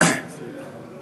כ-15